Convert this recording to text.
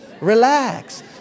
relax